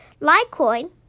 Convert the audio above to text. Litecoin